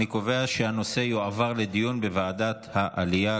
אני קובע שהנושא יועבר לדיון בוועדת העלייה,